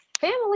family